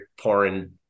pouring